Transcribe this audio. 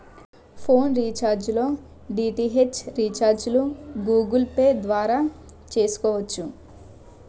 phone recharge లో DTH రీఛార్జిలు Google Pay ద్వారా చేసుకోవచ్చు